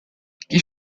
qui